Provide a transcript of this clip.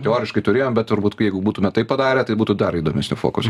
teoriškai turėjom bet turbūt jeigu būtume tai padarę tai būtų dar įdomesnių fokusų